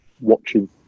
watching